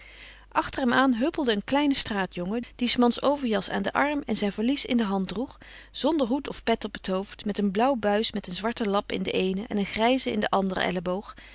achter hem aan huppelde een kleine straatjongen die's mans overjas over den arm en zijn valies in de hand droeg zonder hoed of pet op t hoofd met een blauw buis met een zwarten lap in den eenen en een grijzen in den anderen elleboog